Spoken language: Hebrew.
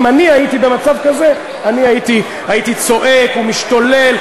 אם אני הייתי במצב כזה אני הייתי צועק ומשתולל.